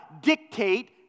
dictate